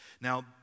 Now